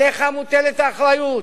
עליך מוטלת האחריות,